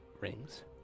rings